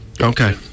Okay